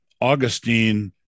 Augustine